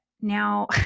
Now